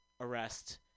arrest